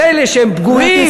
של אלה שהם פגועים,